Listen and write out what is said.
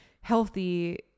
healthy